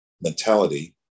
mentality